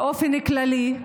באופן כללי,